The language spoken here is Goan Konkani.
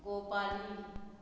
गोपाली